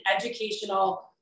educational